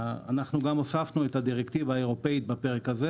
הוספנו את הדרקטיבה האירופית בפרק הזה